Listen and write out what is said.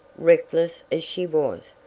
reckless as she was,